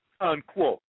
unquote